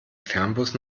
fernbus